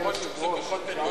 אדוני היושב-ראש,